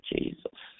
Jesus